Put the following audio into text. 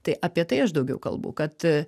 tai apie tai aš daugiau kalbu kad